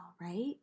right